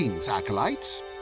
acolytes